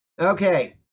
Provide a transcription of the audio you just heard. Okay